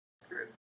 screwed